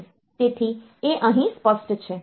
તેથી તે અહીં સ્પષ્ટ છે